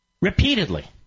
repeatedly